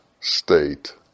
state